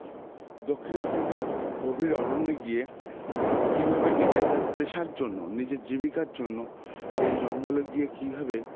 দক্ষিণ আফ্রিকার গভীর অরণ্য গিয়ে কীভাবে নিজের পেশার জন্য নিজের জীবিকার জন্য সেই জঙ্গলে গিয়ে কীভাবে